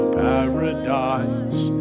paradise